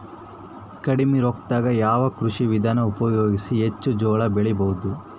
ಕಡಿಮಿ ರೊಕ್ಕದಾಗ ಯಾವ ಕೃಷಿ ವಿಧಾನ ಉಪಯೋಗಿಸಿ ಹೆಚ್ಚ ಜೋಳ ಬೆಳಿ ಬಹುದ?